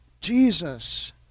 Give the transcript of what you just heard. Jesus